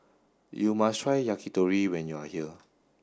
you must try Yakitori when you are here